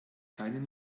kein